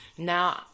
Now